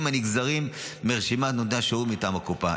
הנגזרים מרשימת נותני השירותים מטעם הקופה.